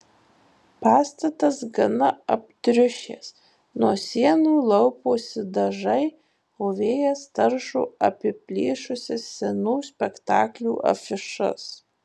pastatas gana aptriušęs nuo sienų lauposi dažai o vėjas taršo apiplyšusias senų spektaklių afišas